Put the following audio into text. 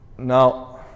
Now